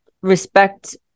respect